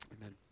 amen